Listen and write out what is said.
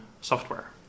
software